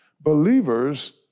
believers